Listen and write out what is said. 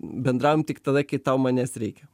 bendravom tik tada kai tau manęs reikia